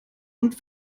und